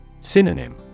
Synonym